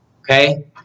okay